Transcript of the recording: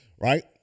right